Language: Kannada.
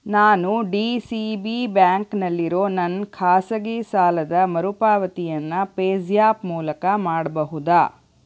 ನಾನು ಡಿ ಸಿ ಬಿ ಬ್ಯಾಂಕ್ನಲ್ಲಿರೋ ನನ್ನ ಖಾಸಗಿ ಸಾಲದ ಮರುಪಾವತಿಯನ್ನು ಪೇಜ್ಯಾಪ್ ಮೂಲಕ ಮಾಡಬಹುದಾ